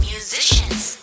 Musicians